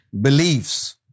beliefs